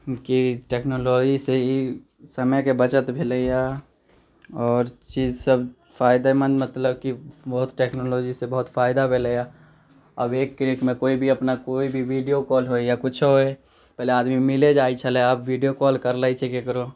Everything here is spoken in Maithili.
कि टेक्नोलॉजीसँ ई समयके बचत भेलैया आओर चीज सब फायदेमंद मतलब कि बहुत टेक्नोलॉजीसँ बहुत फायदा भेलैया अब एक क्लिकमे कोइ भी अपना कोइ भी वीडियो कॉल होय या किछु होय पहिले आदमी मिलै जाइत छलै आब वीडियो कॉल कर लै छै केकरो